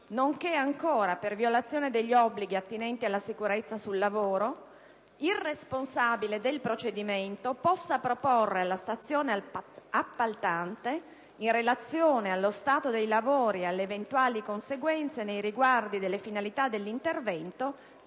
nonché ancora per violazione degli obblighi attinenti alla sicurezza sul lavoro, il responsabile del procedimento possa proporre alla stazione appaltante, in relazione allo stato dei lavori e alle eventuali conseguenze nei riguardi delle finalità dell'intervento,